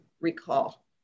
recall